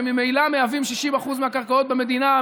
שממילא מהווים 60% מהקרקעות במדינה,